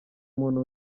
muntu